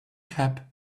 cap